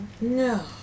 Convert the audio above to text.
No